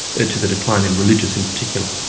ah to the decline in religious in particular?